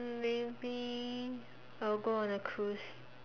maybe I'll go on a cruise